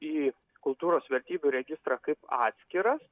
į kultūros vertybių registrą kaip atskiras